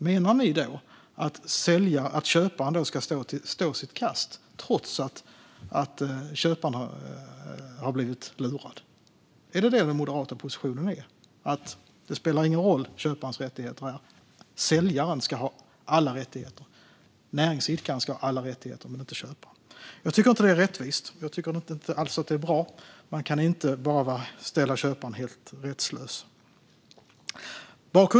Menar ni då att köparen ska stå sitt kast, trots att han eller hon har blivit lurad? Är den moderata positionen att köparens rättigheter inte spelar någon roll utan att säljaren, näringsidkaren, ska ha alla rättigheter? Jag tycker inte att det är rättvist. Jag tycker inte alls att det är bra. Man kan inte bara ställa köparen helt rättslös.